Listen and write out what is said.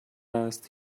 است